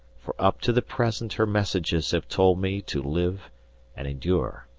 for up to the present her messages have told me to live and endure.